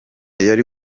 yari